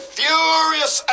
furious